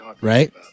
right